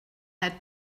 had